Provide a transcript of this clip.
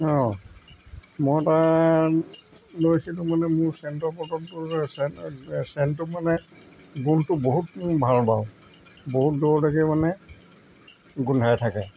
অঁ মই এটা লৈছিলোঁ মানে মোৰ চেণ্টৰ বটলটো মানে চেণ্টতো মানে গোন্ধটো বহুত ভালপাওঁ বাৰু বহুত দূৰলৈকে মানে গোন্ধাই থাকে